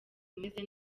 umeze